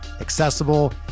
accessible